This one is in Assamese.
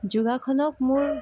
যোগাসনক মোৰ